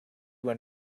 when